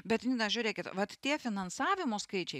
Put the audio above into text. bet žiūrėkit vat tie finansavimo skaičiai